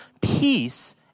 peace